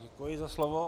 Děkuji za slovo.